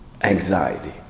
anxiety